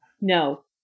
No